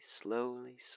slowly